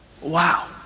wow